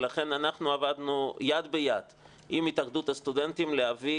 לכן עבדנו יד ביד עם התאחדות הסטודנטים להביא